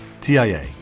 TIA